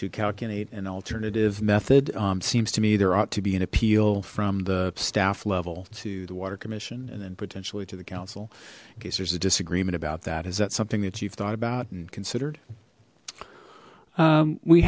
to calculate an alternative method seems to me there ought to be an appeal from the staff level to the water commission and then potentially to the council in case there's a disagreement about that is that something that you've thought about and considered